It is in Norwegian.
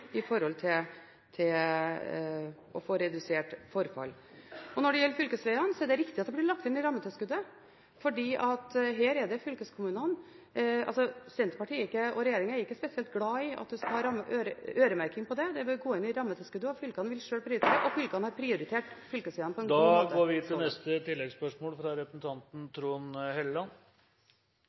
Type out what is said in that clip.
å få redusert forfallet. Når det gjelder fylkesvegene, er det riktig at det ble lagt inn i rammetilskuddet. Senterpartiet og regjeringen er ikke spesielt glad for at det skal være øremerking på dette, det bør gå inn i rammetilskuddet. Fylkene vil sjøl prioritere, og fylkene har prioritert fylkesvegene på en god måte. Trond Helleland – til